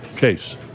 case